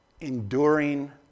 enduring